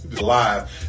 live